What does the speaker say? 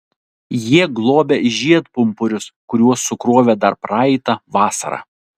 jie globia žiedpumpurius kuriuos sukrovė dar praeitą vasarą